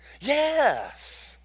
yes